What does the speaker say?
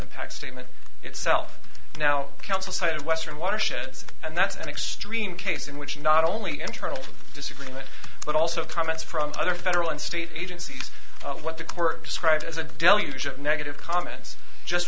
impact statement itself now council cited western watersheds and that's an extreme case in which not only internal disagreement but also comments from other federal and state agencies what the court described as a deluge of negative comments just